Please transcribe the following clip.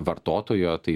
vartotojo tai